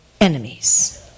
enemies